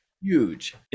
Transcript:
huge